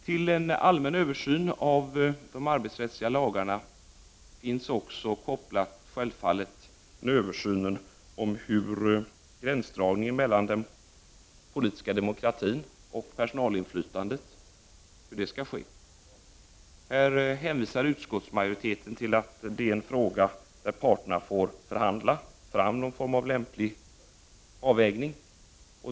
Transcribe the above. Till en allmän översyn av de arbetsrättsliga lagarna finns också självfallet kopplat översynen av hur gränsdragningen mellan den politiska demokratin och personalinflytandet skall ske. Här hänvisar utskottsmajoriteten till att det är en fråga där parterna får förhandla sig fram till en lämplig avvägning.